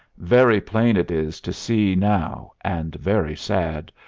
very plain it is to see now, and very sad,